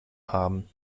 haben